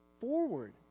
forward